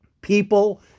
People